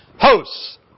Hosts